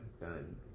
done